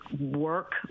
work